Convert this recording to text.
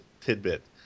tidbit